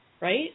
right